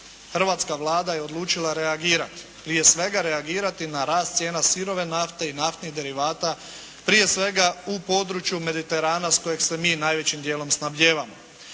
hrvatska Vlada je odlučila reagirati, prije svega reagirati na rast cijena sirove nafte i naftnih derivata prije svega u području Mediterana s kojeg se mi najvećim djelom snabdijevamo.